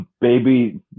Baby